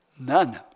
none